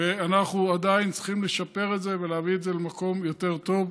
ואנחנו עדיין צריכים לשפר את זה ולהביא את זה למקום יותר טוב.